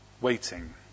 waiting